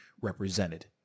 represented